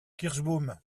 kirschbaum